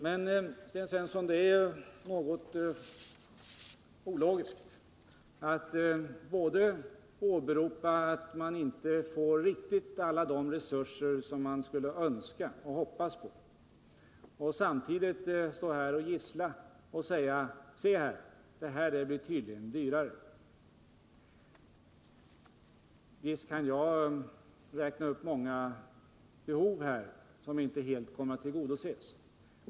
Men, Sten Svensson, det är något ologiskt att samtidigt som man åberopar att man inte riktigt får alla de resurser som man skulle önska och som man hoppas på, stå här och gissla och säga: Se här, det blir tydligen — Nr 41 dyrare! Jag kan här räkna upp många behov som inte helt kommer att kunna tillgodoses.